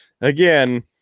again